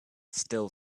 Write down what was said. still